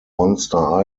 monster